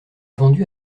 vendu